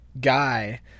guy